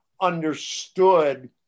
understood